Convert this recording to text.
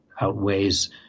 outweighs